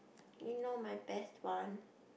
you know my best one